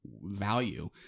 value